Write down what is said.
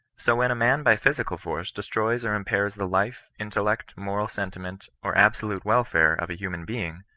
so when a man by phy sical force destroys or impairs the life, intellect, moral sentiment, or absolute welfare of a human being,